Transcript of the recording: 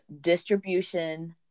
distribution